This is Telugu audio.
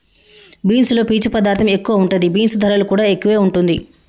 బీన్స్ లో పీచు పదార్ధం ఎక్కువ ఉంటది, బీన్స్ ధరలు కూడా ఎక్కువే వుంటుంది